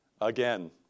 again